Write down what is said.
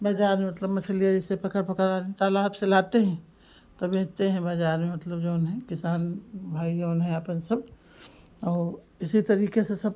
बाज़ार में मतलब मछलियाँ जैसे पकड़ पकड़ आदमी तालाब से लाते हैं तो बेचते हैं बाज़ार में मतलब जऊन है किसान भाई जऊन है आपन सब अऊ इसी तरीके से सब